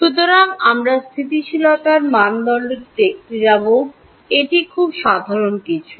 সুতরাং আমরা স্থিতিশীলতার মানদণ্ডটি দেখতে যাবো এটি খুব সাধারণ কিছু